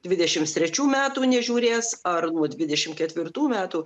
dvidešims trečių metų nežiūrės ar nuo dvidešim ketvirtų metų